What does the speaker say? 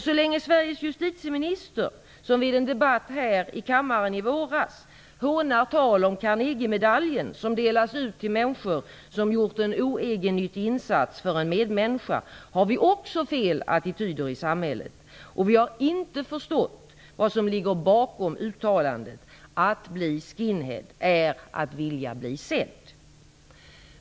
Så länge Sveriges justitieminister, som vid en debatt här i kammaren i våras, hånar tal om Carnegiemedaljen som delas ut till människor som gjort en oegennyttig insats för en medmänniska, har vi också fel attityder i samhället. Vi har inte förstått vad som ligger bakom uttalandet "Att bli skinhead är att vilja bli sedd".